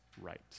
right